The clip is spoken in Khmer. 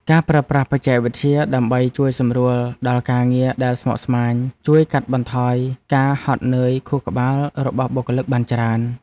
ការប្រើប្រាស់បច្ចេកវិទ្យាដើម្បីជួយសម្រួលដល់ការងារដែលស្មុគស្មាញ ជួយកាត់បន្ថយការហត់នឿយខួរក្បាលរបស់បុគ្គលិកបានច្រើន។